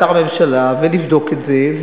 לאתר הממשלה ולבדוק את זה,